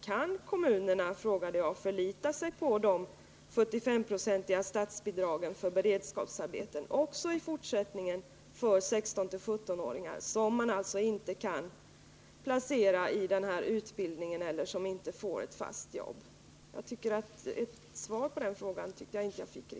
Kan kommunerna, frågade jag, förlita sig på de 75-procentiga statsbidragen för beredskapsarbeten också i fortsättningen för 16-17-åringar som man inte kan placera i den här utbildningen eller som inte får ett fast jobb?